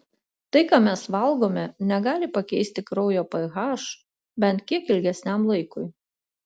tai ką mes valgome negali pakeisti kraujo ph bent kiek ilgesniam laikui